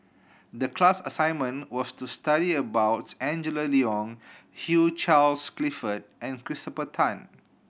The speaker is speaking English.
the class assignment was to study about Angela Liong Hugh Charles Clifford and Christopher Tan